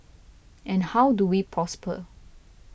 and how do we prosper